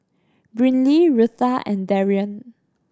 Brynlee Rutha and Darion